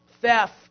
theft